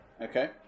okay